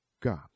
God